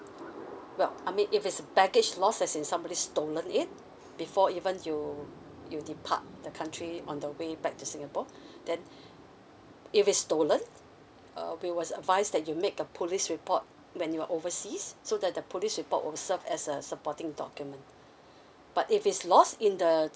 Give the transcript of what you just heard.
well I mean if it's a baggage lost as in somebody stolen it before even you you depart the country on the way back to singapore then if it's stolen uh we was advice that you make a police report when you're overseas so that the police report will serve as a supporting document but if is lost in the